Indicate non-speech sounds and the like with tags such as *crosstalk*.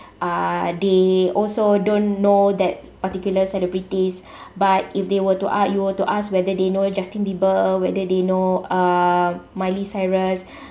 uh they also don't know that particular celebrities *breath* but if they were to a~ you were to ask whether they know justin bieber whether they know uh miley cyrus